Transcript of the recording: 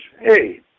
Hey